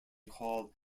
call